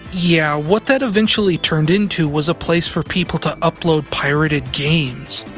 yeah, what that eventually turned into was a place for people to upload pirated games.